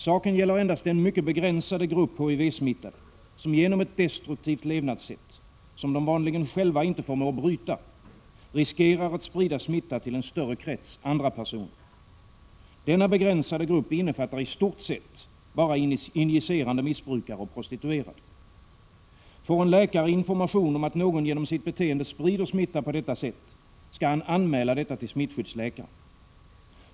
Saken gäller endast den mycket begränsade grupp HIV-smittade, som genom ett destruktivt levnadssätt, som de vanligen inte själva förmår bryta, riskerar att sprida smitta till en större krets andra personer. Denna begränsade grupp innefattar i stort sett bara injicerande missbrukare och prostituerade. Får en läkare information om att någon genom sitt beteende sprider smitta på detta sätt, skall han anmäla detta till smittskyddsläkaren.